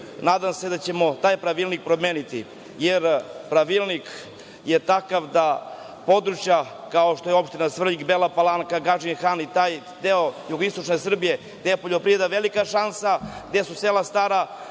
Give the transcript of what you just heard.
nadam se da ćemo taj pravilnik promeniti. Pravilnik je takav da područja kao što je opština Svrljig, Bela Palanka, Gadžin Han i taj deo jugoistočne Srbije gde je poljoprivreda velika šansa, gde su sela stara